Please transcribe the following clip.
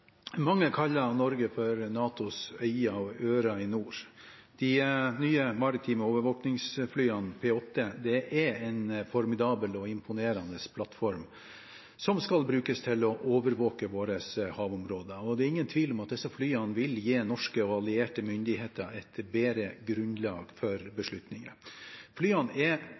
Mange kaller Norge for NATOs øyne og ører i nord. De nye maritime overvåkningsflyene, P-8A Poseidon, er en formidabel og imponerende plattform som skal brukes til å overvåke våre havområder. Det er ingen tvil om at disse flyene vil gi norske og allierte myndigheter et bedre grunnlag for beslutninger. Flyene er